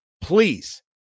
please